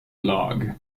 blog